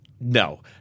No